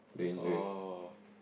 oh